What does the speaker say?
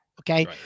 okay